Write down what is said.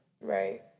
Right